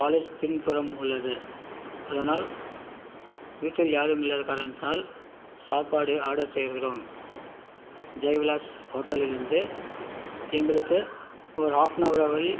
college பின்புறம் உள்ளது அதனால் வீட்டில் யாரும் இல்லாத காரணத்தினால் சாப்பாடு ஆர்டர் செய்கிறோம் ஜெய் விலாஸ் ஹோட்டலில் இருந்து எங்களுக்கு ஒரு ஹாஃப்னவர் அவரில்